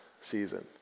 season